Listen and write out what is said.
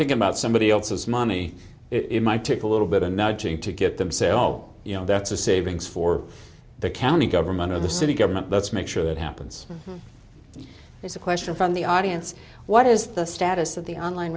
thinking about somebody else's money it might take a little bit of nudging to get themselves you know that's a savings for the county government or the city government let's make sure that happens is a question from the audience what is the status of the online